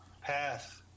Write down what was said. Pass